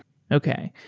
okay.